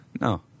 No